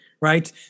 right